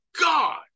God